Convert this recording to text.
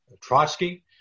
Trotsky